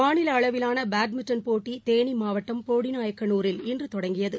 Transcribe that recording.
மாநிலஅளவிலானபேட்மிண்டன் போட்டிதேனிமாவட்டம் போடிநாயக்கனூரில் இன்றுதொடங்கியது